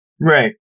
Right